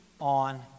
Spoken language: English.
on